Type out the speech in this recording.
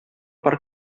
per